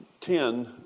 ten